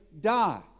die